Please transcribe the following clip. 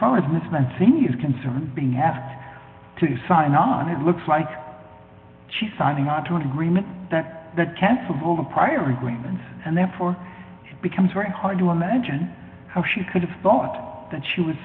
is concerned being asked to sign on it looks like she's signing onto an agreement that that cancels all the prior agreements and therefore it becomes very hard to imagine how she could have thought that she was